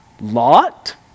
Lot